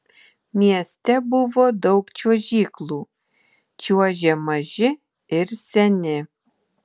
mieste buvo daug čiuožyklų čiuožė maži ir seni